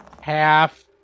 Half